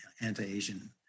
anti-Asian